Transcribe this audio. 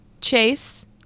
Chase